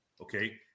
Okay